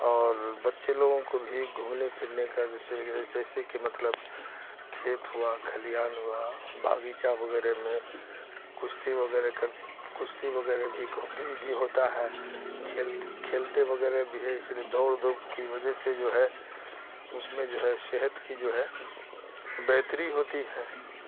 اور بچے لوگوں کو بھی گھومنے پھرنے کا جیسے جیسے کہ مطلب کھیت ہوا کھلیان ہوا باغیچہ وغیرہ میں کشتی وغیرہ کر کشتی وغیرہ بھی بھی بھی ہوتا ہے کھیل کھیلتے وغیرہ بھی ہے اس لیے دوڑ دھوپ کی وجہ سے جو ہے اس میں جو ہے صحت کی جو ہے بہتری ہوتی ہے